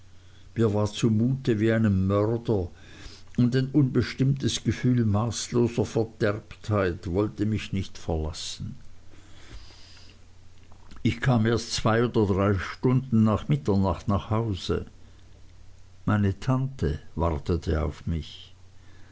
mir war zumute wie einem mörder und ein unbestimmtes gefühl maßloser verderbtheit wollte mich nicht verlassen ich kam erst zwei oder drei stunden nach mitternacht nach hause meine tante wartete auf mich